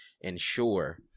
ensure